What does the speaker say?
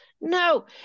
No